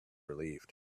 relieved